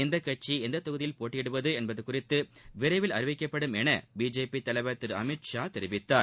எந்த கட்சி எந்த தொகுதியில் போட்டியிடுவது என்பது குறித்து விரைவில் அறிவிக்கப்படும் என பிஜேபி தலைவர் திரு அமீத்ஷா தெரிவித்தார்